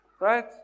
Right